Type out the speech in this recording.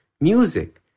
music